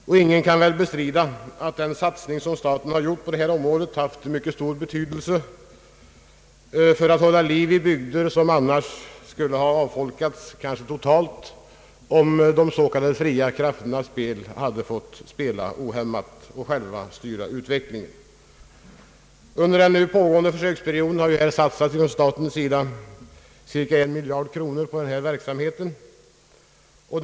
Och ingen kan väl bestrida att den satsning som staten har gjort på detta område har haft mycket stor betydelse för att hålla vid liv bygder som kanske totalt skulle ha avfolkats om de s.k. fria krafternas spel ohämmat hade fått styra utvecklingen. Under den nu pågående försöksperioden har från statens sida satsats cirka en miljard kronor på lokaliseringsåtgärder.